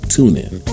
TuneIn